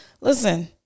Listen